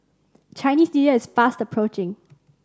Chinese Year is fast approaching